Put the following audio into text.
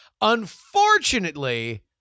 Unfortunately